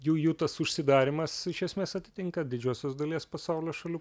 jų jų tas užsidarymas iš esmės atitinka didžiosios dalies pasaulio šalių